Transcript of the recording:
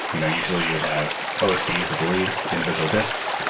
you know usually you would have osds at the least, individual disks.